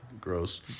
Gross